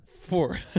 Four